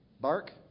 bark